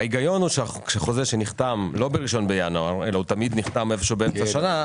ההיגיון הוא שחוזה שנחתם לא ב-1 בינואר אלא הוא תמיד נחתם באמצע השנה.